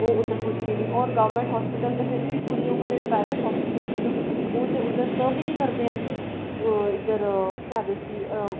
ओह् उत्थै पुजदे नेईं गौरमेंट हॉस्पिटल ते भी बी खु'ल्ले दो होङन पर प्राईवेट हॉस्पिटल ओह् ते उद्धर सर्व निं करदे हैन इद्धर केह् आखदे उसी